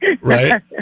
Right